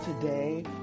today